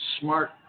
smart